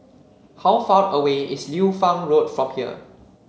how far away is Liu Fang Road from here